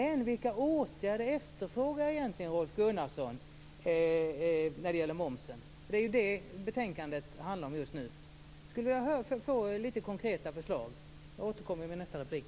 Men vilka åtgärder efterfrågar egentligen Rolf Gunnarsson när det gäller momsen? Det är ju det betänkandet handlar om. Jag skulle vilja höra några konkreta förslag. Jag återkommer i min nästa replik.